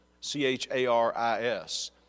C-H-A-R-I-S